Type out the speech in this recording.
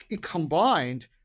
combined